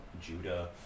Judah